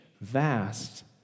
vast